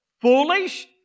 foolish